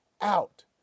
out